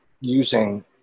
using